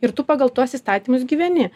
ir tu pagal tuos įstatymus gyveni